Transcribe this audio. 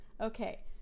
Okay